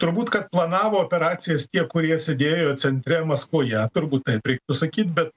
turbūt kad planavo operacijas tie kurie sėdėjo centre maskvoje turbūt taip reiktų sakyt bet